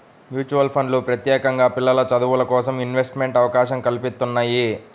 mutual ఫండ్లు ప్రత్యేకంగా పిల్లల చదువులకోసం ఇన్వెస్ట్మెంట్ అవకాశం కల్పిత్తున్నయ్యి